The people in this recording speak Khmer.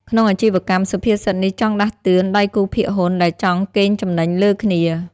ក្នុងអាជីវកម្ម សុភាសិតនេះចង់ដាស់តឿនដៃគូភាគហ៊ុនដែលចង់កេងចំណេញលើគ្នា។